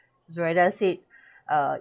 zuraidah said uh